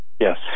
Yes